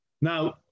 Now